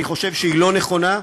אני חושב שהיא לא נכונה,